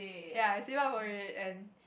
ya I save up for it and